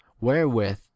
wherewith